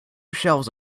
shelves